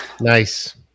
Nice